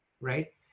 right